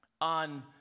on